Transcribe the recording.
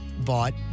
bought